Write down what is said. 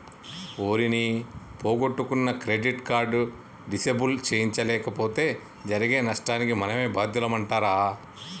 ఓరి నీ పొగొట్టుకున్న క్రెడిట్ కార్డు డిసేబుల్ సేయించలేపోతే జరిగే నష్టానికి మనమే బాద్యులమంటరా